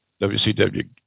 WCW